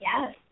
Yes